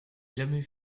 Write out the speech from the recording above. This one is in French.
jamais